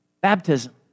Baptism